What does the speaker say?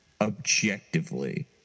objectively